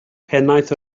pennaeth